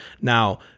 Now